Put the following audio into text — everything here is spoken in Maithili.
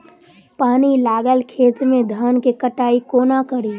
पानि लागल खेत मे धान केँ कटाई कोना कड़ी?